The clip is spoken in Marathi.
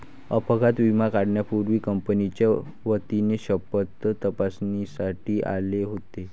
अपघात विमा काढण्यापूर्वी कंपनीच्या वतीने पथक तपासणीसाठी आले होते